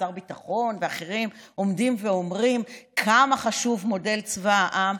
שר הביטחון ואחרים עומדים ואומרים כמה חשוב מודל צבא העם,